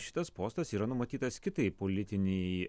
šitas postas yra numatytas kitai politinei